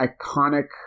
iconic